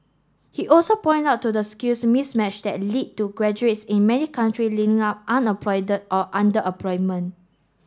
he also point out to the skills mismatch that lead to graduates in many country up or underemployment